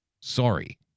Sorry